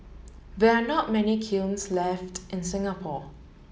we are not many kilns left in Singapore